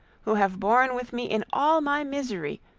who have borne with me in all my misery,